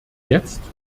jetzt